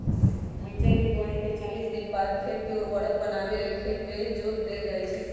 धइचा के बोआइके चालीस दिनबाद खेत के उर्वर बनावे लेल खेत में जोत देल जइछइ